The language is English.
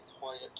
quiet